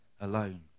alone